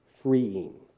freeing